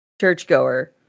churchgoer